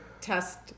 test